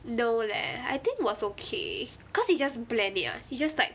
no leh I think was okay cause you just blend it ah you just like